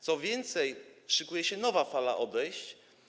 Co więcej, szykuje się nowa fala odejść.